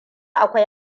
akwai